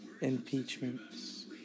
Impeachments